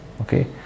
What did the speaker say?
Okay